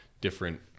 different